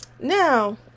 Now